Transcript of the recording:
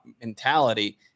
mentality